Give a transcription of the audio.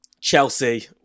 Chelsea